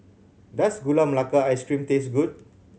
does Gula Melaka Ice Cream taste good